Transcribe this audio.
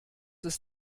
ist